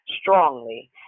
strongly